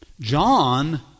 John